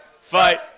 Fight